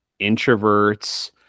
introverts